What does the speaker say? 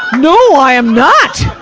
no, i am not!